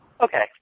okay